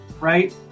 right